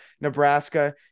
Nebraska